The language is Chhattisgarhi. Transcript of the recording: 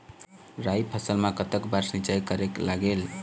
राई फसल मा कतक बार सिचाई करेक लागेल?